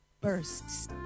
bursts